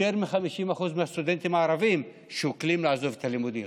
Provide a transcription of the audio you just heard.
יותר מ-50% מהסטודנטים הערבים שוקלים לעזוב את הלימודים.